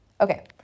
Okay